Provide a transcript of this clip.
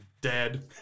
dead